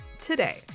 today